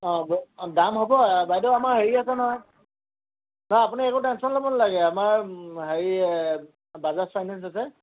অঁ দাম হ'ব বাইদেউ আমাৰ হেৰি আছে নহয় নহয় আপুনি একো টেনঞ্চন ল'ব ন লাগে আমাৰ হেৰি বাজাজ ফাইনেন্স আছে